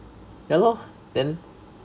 ya lor then